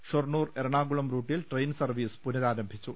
ഷൊർണൂർ എറണാകുളം റൂട്ടിൽ train service പുനഃരാരംഭിച്ചു